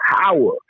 power